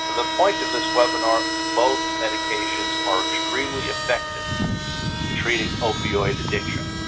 the point of this webinar, both medications are extremely effective in treating opioid addiction.